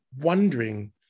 wondering